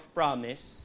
promise